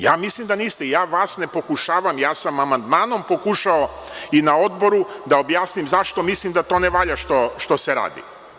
Ja mislim da niste, ja vas ne pokušavam, ja pokušavam amandmanom i na Odboru da objasnim zašto mislim da to ne valja što se radi.